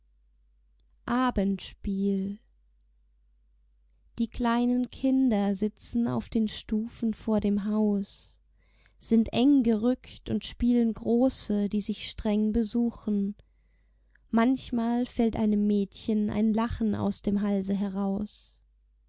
die kleinen kinder sitzen auf den stufen vor dem haus sind eng gerückt und spielen große die sich streng besuchen manchmal fällt einem mädchen ein lachen aus dem halse heraus